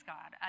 God